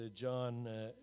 John